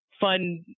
fun